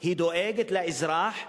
היא דואגת לאזרח,